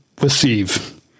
receive